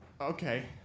Okay